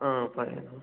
ꯑꯥ ꯐꯔꯦ